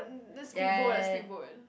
then the speed boat lah speed boat